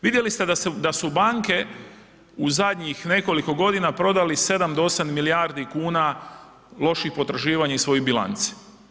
Vidjeli ste da su banke u zadnjih nekoliko godina prodali 7 do 8 milijardi kuna loših potraživanja iz svojih bilanci.